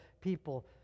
people